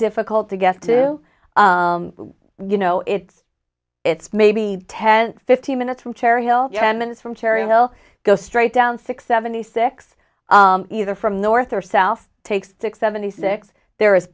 difficult to get to do you know it's it's maybe ten fifteen minutes from cherry hill and minutes from terry who i'll go straight down six seventy six either from north or south takes six seventy six there is